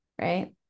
Right